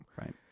Right